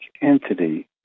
entity